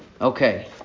Okay